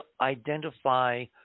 identify